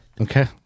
Okay